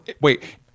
Wait